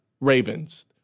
Ravens